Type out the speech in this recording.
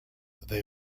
they